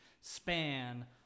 span